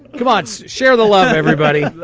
come on. share the love, everybody.